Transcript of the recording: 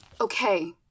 Okay